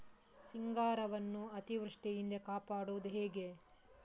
ಸಿಂಗಾರವನ್ನು ಅತೀವೃಷ್ಟಿಯಿಂದ ಕಾಪಾಡುವುದು ಹೇಗೆ?